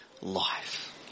life